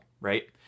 Right